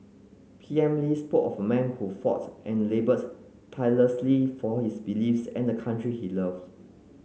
P M Lee spoke of a man who fought and laboured tirelessly for his beliefs and the country he loved